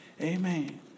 Amen